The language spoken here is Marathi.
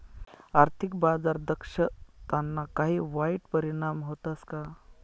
आर्थिक बाजार दक्षताना काही वाईट परिणाम व्हतस का